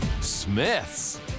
Smith's